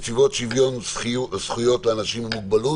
נציבות שוויון זכויות לאנשים עם מוגבלות,